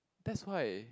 that's why